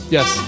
Yes